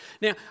Now